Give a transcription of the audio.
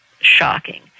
shocking